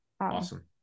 awesome